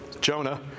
Jonah